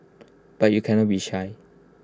but you cannot be shy